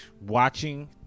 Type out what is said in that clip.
watching